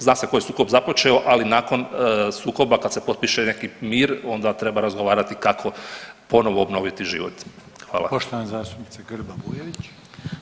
Zna se ko je sukob započeo, ali nakon sukoba kad se potpiše neki mir onda treba razgovarati kako ponovno obnoviti život.